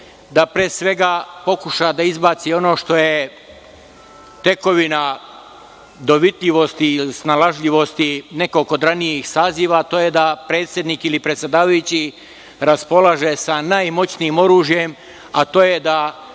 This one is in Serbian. da pre svega pokuša da izbaci ono što je tekovina dovitljivosti i snalažljivosti nekog od ranijih saziva, a to je da predsednik ili predsedavajući raspolaže sa najmoćnijim oružjem, a to je da